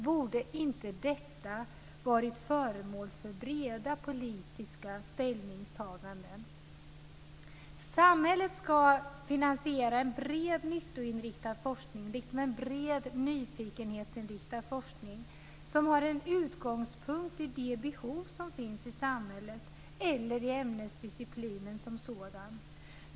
Borde inte detta varit föremål för breda politiska ställningstaganden? Samhället ska finansiera en bred nyttoinriktad forskning liksom en bred nyfikenhetsinriktad forskning som har en utgångspunkt i de behov som finns i samhället eller i ämnesdisciplinen som sådan.